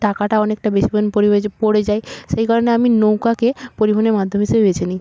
টাকাটা অনেকটা বেশি পড়ে যায় সেই কারণে আমি নৌকাকে পরিবহণের মাধ্যম হিসেবে বেছে নিই